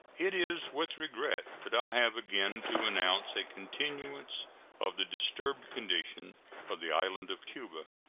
it is with regret that i have again to announce a continuance of the disturbed condition of the island of cuba.